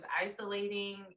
isolating